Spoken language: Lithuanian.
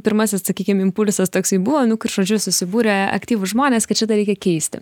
pirmasis sakykim impulsas toksai buvo nu kur žodžiu susibūrė aktyvūs žmonės kad šitą reikia keisti